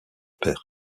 père